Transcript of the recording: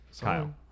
Kyle